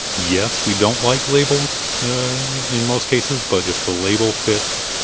yes, we don't like labels in most cases, but if the label fits,